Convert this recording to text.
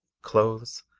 clothes,